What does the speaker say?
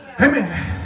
Amen